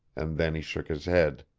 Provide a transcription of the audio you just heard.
and then he shook his head.